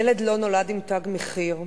ילד לא נולד עם תג מחיר.